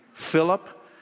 Philip